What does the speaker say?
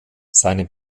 seine